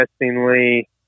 interestingly